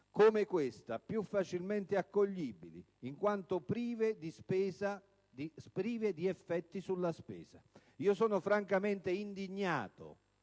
come questa - più facilmente accoglibili, in quanto prive di effetti sulla spesa. Io sono francamente indignato